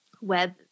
web